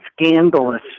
scandalous